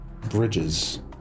bridges